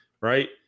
right